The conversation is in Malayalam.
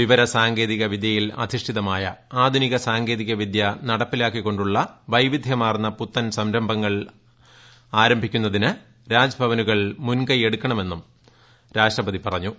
വിവരസാങ്കേതിക വിദ്യയിലധിഷ്ഠിതമായ ആധുനിക സാങ്കേതിക വിദൃ നടപ്പിലാക്കിക്കൊ ുള്ള വൈവിധൃമാർന്ന പുത്തൻ സംരംഭങ്ങൾ ആരംഭിക്കുന്നതിന് രാജ് ഭവനുകൾ മുൻകൈയെടുക്കണമെന്നും രാഷ്ട്രപതി പറഞ്ഞു